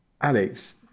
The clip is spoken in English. Alex